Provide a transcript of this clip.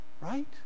Right